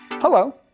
Hello